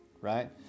right